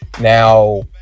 Now